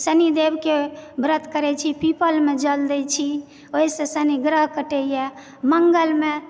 शनि देवके व्रत करैत छी पीपलमे जल दैत छी ओहिसे शनि ग्रह कटयए मङ्गलमे